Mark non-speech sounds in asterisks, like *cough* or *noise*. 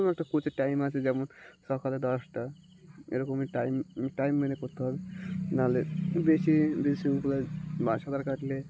একটা কোচের টাইম আছে যেমন সকালে দশটা এরকমই টাইম টাইম মেনে করতে হবে নাহলে বেশি বেশি *unintelligible* বা সাঁতার কাটলে